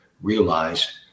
realize